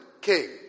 king